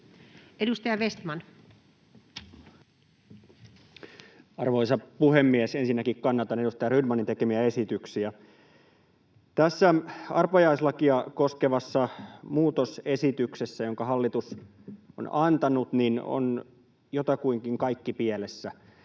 Content: Arvoisa puhemies! Ensinnäkin kannatan edustaja Rydmanin tekemiä esityksiä. Tässä arpajaislakia koskevassa muutosesityksessä, jonka hallitus on antanut, on jotakuinkin kaikki pielessä.